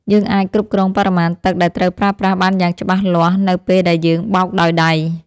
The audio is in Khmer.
យើងអាចគ្រប់គ្រងបរិមាណទឹកដែលត្រូវប្រើប្រាស់បានយ៉ាងច្បាស់លាស់នៅពេលដែលយើងបោកដោយដៃ។